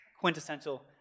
quintessential